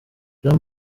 jean